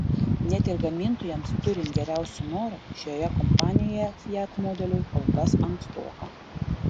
net ir gamintojams turint geriausių norų šioje kompanijoje fiat modeliui kol kas ankstoka